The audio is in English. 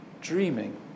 dreaming